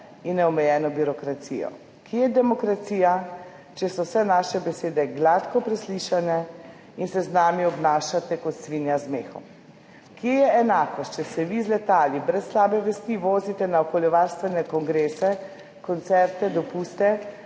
in neomejeno birokracijo? Kje je demokracija, če so vse naše besede gladko preslišane in se z nami obnašate kot svinja z mehom? Kje je enakost, če se vi z letali brez slabe vesti vozite na okoljevarstvene kongrese, koncerte, dopuste,